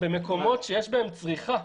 במקומות שיש בהם צריכה,